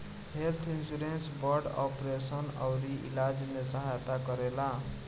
health insurance बड़ operation अउरी इलाज में सहायता करेला